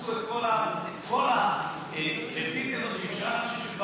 עשו את כל הרוויזיה הזאת, שאפשרה